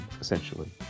essentially